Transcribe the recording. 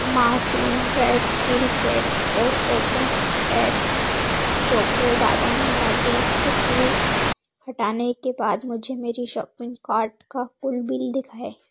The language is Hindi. मार्टीन रैट किल केक और ओपन सीक्रेट चौको बादाम नटी कुकीज हटाने के बाद मुझे मेरे शॉपिंग कार्ट का कुल बिल दिखाएँ